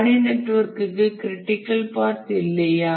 பணி நெட்வொர்க்கிற்கு critical path இல்லையா